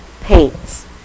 paints